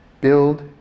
build